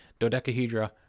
dodecahedra